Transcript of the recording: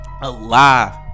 Alive